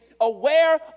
aware